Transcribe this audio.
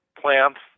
plants